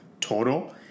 total